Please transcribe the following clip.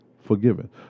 forgiven